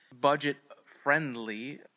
budget-friendly